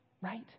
right